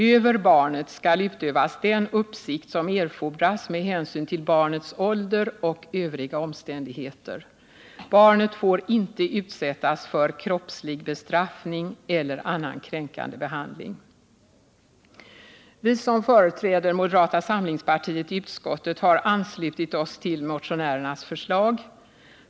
Över barnet skall utövas den uppsikt som erfordras med hänsyn till barnets ålder och övriga omständigheter. Barnet får inte utsättas för kroppslig bestraffning eller annan kränkande behandling.” Vi som företräder moderata samlingspartiet i utskottet har anslutit oss till motionärernas förslag.